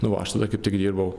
nu va aš tada kaip tik dirbau